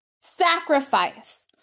sacrifice